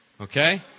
Okay